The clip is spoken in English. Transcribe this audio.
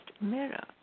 mirror